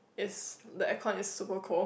is the air con is super cold